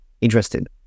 interested